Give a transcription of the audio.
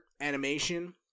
animation